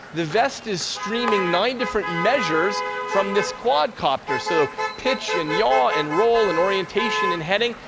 the vest is streaming nine different measures from this quadcopter, so pitch and yaw and roll and orientation and heading,